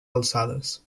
alçades